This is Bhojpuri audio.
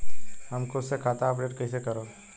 हम खुद से खाता अपडेट कइसे करब?